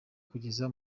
kugeza